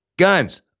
guns